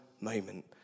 moment